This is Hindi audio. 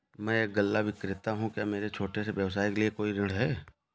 मैं एक गल्ला विक्रेता हूँ क्या मेरे छोटे से व्यवसाय के लिए कोई ऋण है?